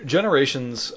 Generations